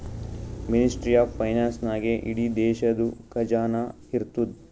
ministry of finance ನಾಗೇ ಇಡೀ ದೇಶದು ಖಜಾನಾ ಇರ್ತುದ್